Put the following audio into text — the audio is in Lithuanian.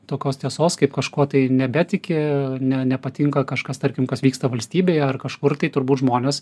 tokios tiesos kaip kažkuo tai nebetiki ne nepatinka kažkas tarkim kas vyksta valstybėje ar kažkur tai turbūt žmonės